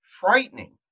frightening